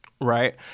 right